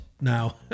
Now